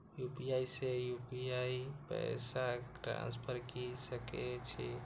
UPI से UPI पैसा transfer की सके छी?